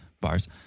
bars